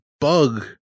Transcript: bug